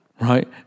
right